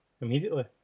Immediately